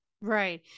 Right